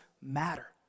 matter